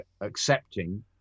accepting